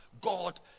God